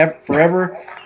forever